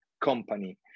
company